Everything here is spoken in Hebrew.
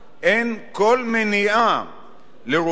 לרושמם לנישואין.